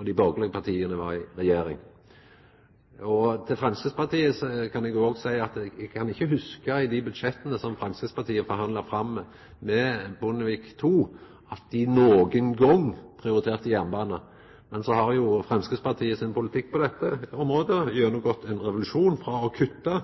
dei borgarlege partia var i regjering. Til Framstegspartiet kan eg òg seia at eg ikkje kan hugsa at dei i dei budsjetta som dei forhandla fram med Bondevik II, nokon gong prioriterte jernbane. Men så har jo Framstegspartiet sin politikk på dette området gjennomgått ein revolusjon – frå å kutta